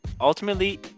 Ultimately